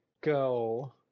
go